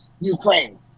Ukraine